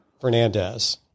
Fernandez